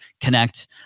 connect